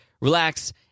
relax